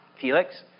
Felix